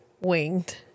winged